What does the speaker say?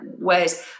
ways